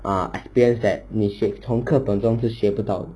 uh experience that 你学从课本中是学不到的